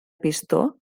pistó